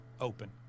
open